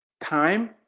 time